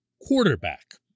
quarterback